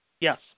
yes